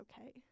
okay